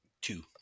two